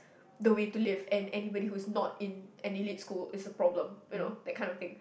the way to live and anybody who's not in an elite school is a problem you know that kind of thing